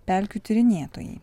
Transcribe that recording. pelkių tyrinėtojai